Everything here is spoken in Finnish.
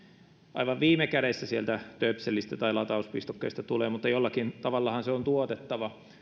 aivan viime kädessä sieltä töpselistä tai latauspistokkeesta tulee mutta jollakin tavallahan se on tuotettava